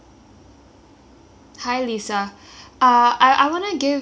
I I wanna give um some feedback to the hotel